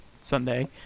Sunday